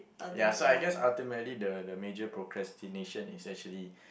ya so I guess ultimately the the major procrastination is actually